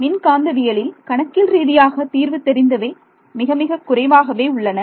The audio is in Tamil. மின்காந்தவியல் இல் கணக்கியல் ரீதியாக தீர்வு தெரிந்தவை மிகமிக குறைவாகவே உள்ளன